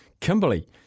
Kimberly